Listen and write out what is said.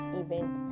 event